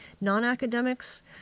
non-academics